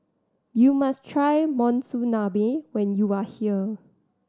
you must try Monsunabe when you are here